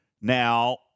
now